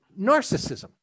narcissism